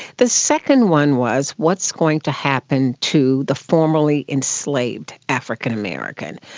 the second one was what's going to happen to the formerly enslaved african american?